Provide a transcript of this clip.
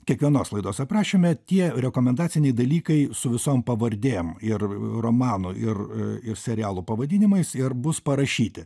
kiekvienos laidos aprašyme tie rekomendaciniai dalykai su visom pavardėm ir romanų ir ir serialų pavadinimais ir bus parašyti